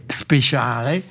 speciale